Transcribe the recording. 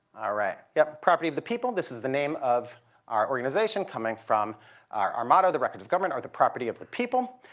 ah right. yep, property of the people. this is the name of our organization, coming from our motto, the record of government are the property of the people.